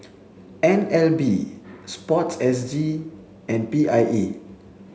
N L B sports S G and P I E